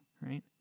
Right